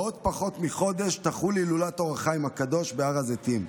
בעוד פחות מחודש תחול הילולת אור החיים הקדוש בהר הזיתים.